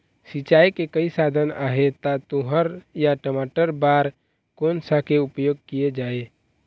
सिचाई के कई साधन आहे ता तुंहर या टमाटर बार कोन सा के उपयोग किए जाए?